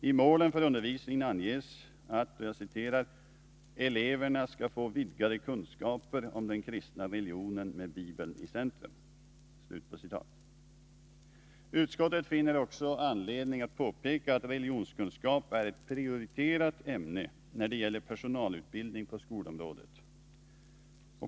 I målen för undervisningen anges att ”eleverna skall få vidgade kunskaper om den kristna religionen med Bibeln i centrum”. Utskottet finner också anledning att påpeka att religionskunskap är ett prioriterat ämne när det gäller personalutbildning på skolområdet.